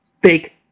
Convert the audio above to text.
Big